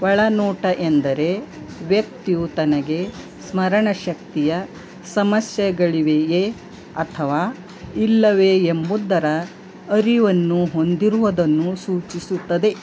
ಒಳನೋಟ ಎಂದರೆ ವ್ಯಕ್ತಿಯು ತನಗೆ ಸ್ಮರಣಶಕ್ತಿಯ ಸಮಸ್ಯೆಗಳಿವೆಯೇ ಅಥವಾ ಇಲ್ಲವೇ ಎಂಬುದರ ಅರಿವನ್ನು ಹೊಂದಿರುವುದನ್ನು ಸೂಚಿಸುತ್ತದೆ